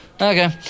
Okay